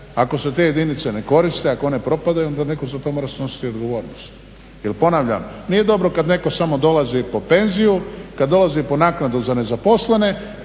ako se te jedinice ne koriste, ako one propadaju onda netko za to mora snositi odgovornost. Jer ponavljam, nije dobro kad netko samo dolazi po penziju, kad dolazi po naknadu za nezaposlene,